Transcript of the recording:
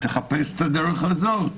תחפש את הדרך הזאת.